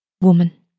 Woman